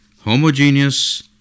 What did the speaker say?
homogeneous